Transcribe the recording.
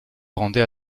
rendait